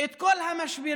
את כל המשברים,